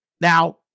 now